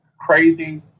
crazy